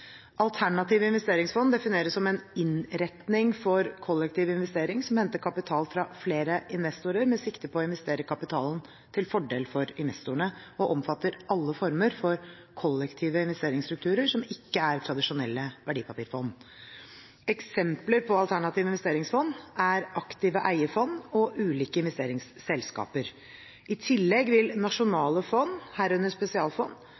Alternative investeringsfond defineres som en innretning for kollektiv investering som henter kapital fra flere investorer med sikte på å investere kapitalen til fordel for investorene, og omfatter alle former for kollektive investeringsstrukturer som ikke er tradisjonelle verdipapirfond. Eksempler på alternative investeringsfond er aktive eierfond og ulike investeringsselskaper. I tillegg vil nasjonale fond, herunder spesialfond,